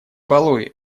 балуй